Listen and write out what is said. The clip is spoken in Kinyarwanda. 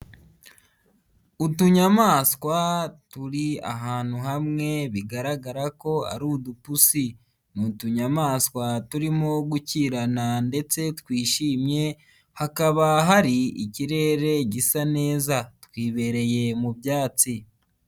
Utunyamaswa turi ahantu hamwe bigaragara ko ari udupusi, ni utunyamaswa turimo gukirana ndetse twishimye, hakaba hari ikirere gisa neza twibereye mu byatsi.